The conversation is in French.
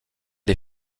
les